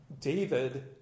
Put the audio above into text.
David